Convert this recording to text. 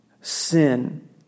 sin